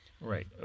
Right